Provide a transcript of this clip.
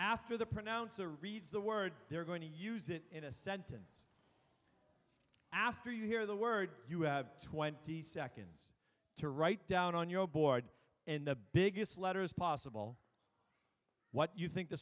after the pronounce or read the word they're going to use it in a sentence after you hear the words you have twenty seconds to write down on your board in the biggest letters possible what you think the